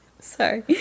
sorry